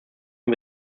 und